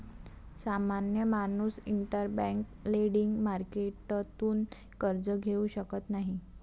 सामान्य माणूस interbank lending मार्केटतून कर्ज घेऊ शकत नाही